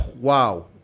Wow